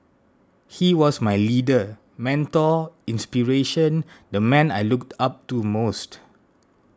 he was my leader mentor inspiration the man I looked up to most